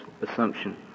assumption